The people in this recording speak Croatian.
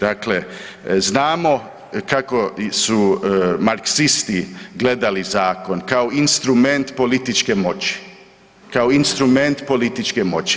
Dakle, znamo kako su Marksisti gledali zakon, kao instrument političke moći, kao instrument političke moći.